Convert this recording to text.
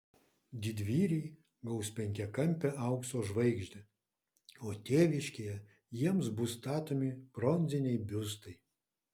didvyriai gaus penkiakampę aukso žvaigždę o tėviškėje jiems bus statomi bronziniai biustai